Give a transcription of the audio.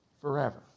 forever